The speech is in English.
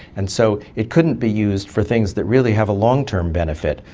and so it couldn't be used for things that really have a long-term benefit,